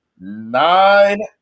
nine